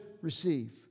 receive